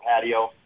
patio